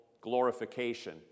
glorification